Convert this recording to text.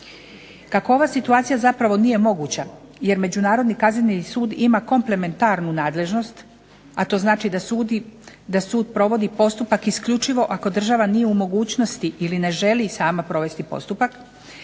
Kako ova situacija zapravo nije moguća jer Međunarodni kazneni sud ima komplementarnu nadležnost, a to znači da sud provodi postupak isključivo ako država nije u mogućnosti ili ne želi sama provesti postupak,